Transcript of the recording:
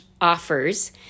offers